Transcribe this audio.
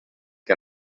que